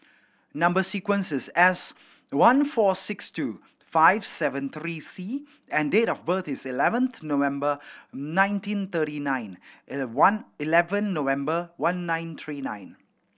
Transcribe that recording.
number sequence is S one four six two five seven three C and date of birth is eleventh November nineteen thirty nine one eleven November one nine three nine